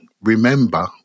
remember